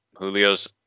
Julio's